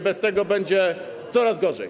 Bez tego będzie coraz gorzej.